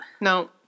No